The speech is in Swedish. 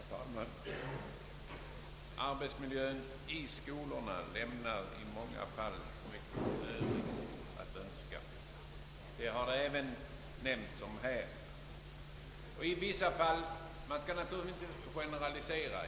Herr talman! Arbetsmiljön i skolorna lämnar i många fall mycket övrigt att önska. Det har även nämnts här. Men man skall naturligtvis inte generalisera.